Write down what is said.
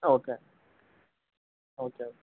okay okay